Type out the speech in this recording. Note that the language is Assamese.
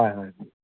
হয় হয়